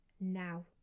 now